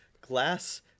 glass